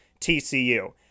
TCU